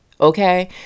okay